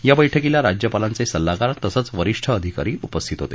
या बैठकीला राज्यपालांचे सल्लागार तसंच वरीष्ठ अधिकारी उपस्थित होते